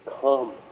come